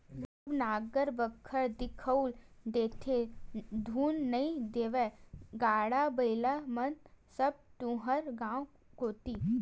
अब नांगर बखर दिखउल देथे धुन नइ देवय गाड़ा बइला मन सब तुँहर गाँव कोती